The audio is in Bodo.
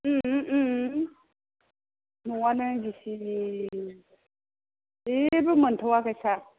न'आनो गिसि जेबो मोनथ'वाखै सार